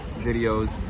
videos